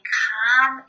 calm